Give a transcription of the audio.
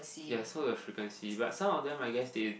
yes so your frequency but some of them I guess they